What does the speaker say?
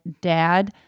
dad